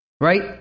Right